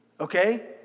Okay